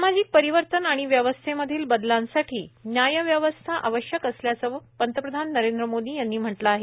सामाजिक परिवर्तन आणि व्यवस्थेमधील बदलांसाठी न्यायव्यवस्था आवश्यक असल्याचं पंतप्रधान नरेंद्र मोदी यांनी म्हटलं आहे